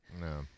No